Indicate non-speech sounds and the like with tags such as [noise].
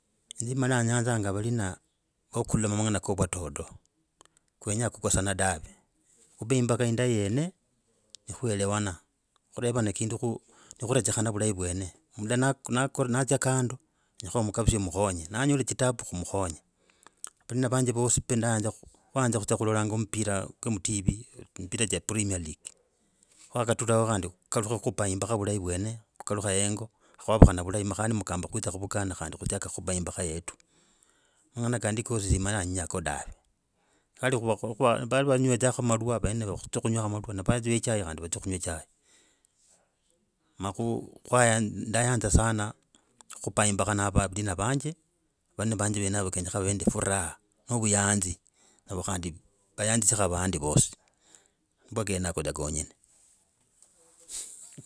Inzi mala yanzanga valina vo kulomaloma mangana ko vwatoto kwenya kukosana dave, kube imbaga indayi yene ne kuelewana, kutevana kindu kurechekana vulahi vwene. Mundu natsia kando khumkalusie khumkhonye, nanyala taabu khumkhonye, valina vanje vosi khwayanza kuzia kilolanga mipira cha mu tv, mipira cha premier leugue ne kwakaturaha kandi kukalukha guba imbaga vulahi vwene. Khukalukha hengo. Khwakaukana vulahi khandi mugambe ne kuvukana kandi khuchaka guba imbaga yetu. Mangana kandi gosi mana nenyako dawe. Vli vangwetsako malwa vene vatsie vangw [hesitation] malwakandi ve chai vatsie kungwaa chai. Ndayanza sana guba imbaga na valina vanje, valina venavo kenyakana vave nende furaha no obuyanzi. Kandi vayanzisyeko kandi avandi vosi, mba kenago dza kanyene.